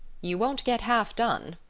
you won't get half done,